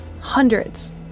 hundreds